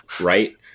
right